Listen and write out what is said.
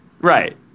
Right